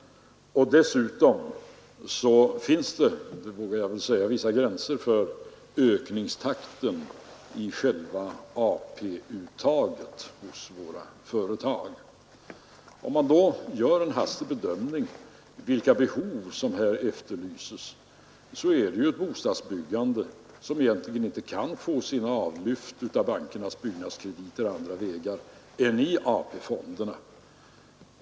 Dessutom finns det — vågar jag väl säga — vissa gränser för ökningstakten i AP-uttaget hos våra företag. Om man då gör en hastig bedömning av vilka behov som gör sig gällande på detta område, finner man att det är fråga om bostadsbyggandet, som egentligen inte kan få sina avlyft av bankernas byggnadskrediter på andra vägar än i AP-fonderna.